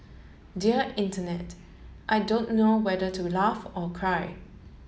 dear Internet I don't know whether to laugh or cry